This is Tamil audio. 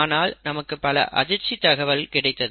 ஆனால் நமக்கு பல அதிர்ச்சி தகவல் கிடைத்தது